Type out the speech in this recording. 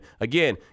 again